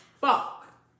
fuck